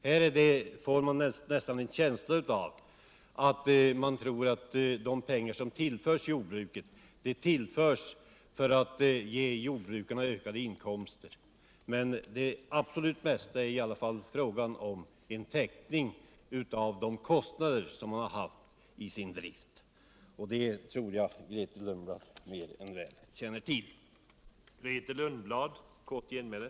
Här får jag nästan en känsla av att man tror att de pengar som tillförs jordbruket är avsedda att ge jordbrukarna ökade inkomster. Men det är huvudsakligen fråga om en täckning av de kostnader jordbrukarna haft i sin drift. Jag tror att Grethe Lundblad känner till detta.